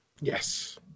Yes